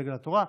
דגל התורה,